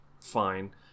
fine